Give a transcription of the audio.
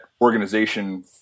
organization